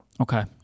Okay